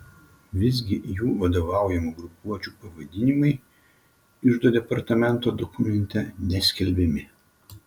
visgi jų vadovaujamų grupuočių pavadinimai iždo departamento dokumente neskelbiami